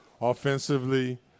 offensively